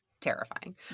terrifying